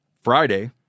Friday –